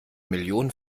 millionen